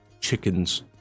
chickens